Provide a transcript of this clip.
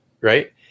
right